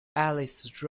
alice